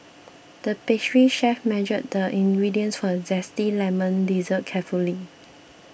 the pastry chef measured the ingredients for a Zesty Lemon Dessert carefully